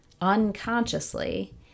unconsciously